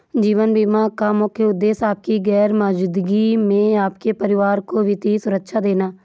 जीवन बीमा का मुख्य उद्देश्य आपकी गैर मौजूदगी में आपके परिवार को वित्तीय सुरक्षा देना